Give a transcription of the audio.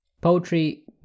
Poetry